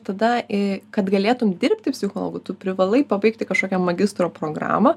tada i kad galėtum dirbti psichologu tu privalai pabaigti kažkokią magistro programą